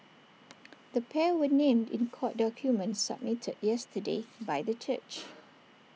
the pair were named in court documents submitted yesterday by the church